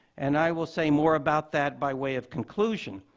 and i will say more about that by way of conclusion.